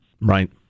Right